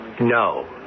No